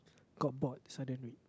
got bored so I didn't read